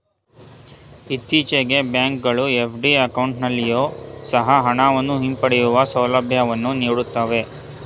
ಇತ್ತೀಚೆಗೆ ಬ್ಯಾಂಕ್ ಗಳು ಎಫ್.ಡಿ ಅಕೌಂಟಲ್ಲಿಯೊ ಸಹ ಹಣವನ್ನು ಹಿಂಪಡೆಯುವ ಸೌಲಭ್ಯವನ್ನು ನೀಡುತ್ತವೆ